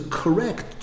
correct